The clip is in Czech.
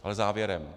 Ale závěrem.